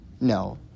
No